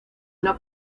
una